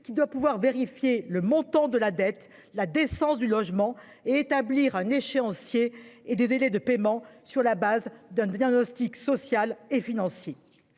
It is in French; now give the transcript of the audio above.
qui doit pouvoir vérifier le montant de la dette, la décence du logement et établir un échéancier et des délais de paiement sur la base d'un diagnostic social et financier.